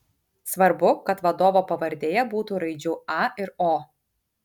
svarbu kad vadovo pavardėje būtų raidžių a ir o